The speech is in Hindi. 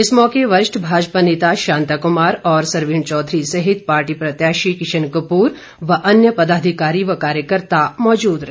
इस मौके वरिष्ठ भाजपा नेता शांता कुमार और सरवीण चौधरी सहित पार्टी प्रत्याशी किशन कप्र और अन्य पदाधिकारी व कार्यकर्ता मौजूद रहे